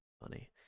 funny